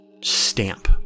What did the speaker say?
stamp